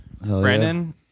Brandon